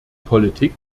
politik